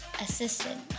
assistant